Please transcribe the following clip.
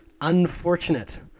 unfortunate